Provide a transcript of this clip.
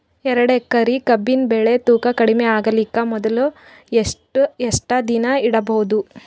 ಎರಡೇಕರಿ ಕಬ್ಬಿನ್ ಬೆಳಿ ತೂಕ ಕಡಿಮೆ ಆಗಲಿಕ ಮೊದಲು ಎಷ್ಟ ದಿನ ಇಡಬಹುದು?